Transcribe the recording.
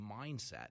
mindset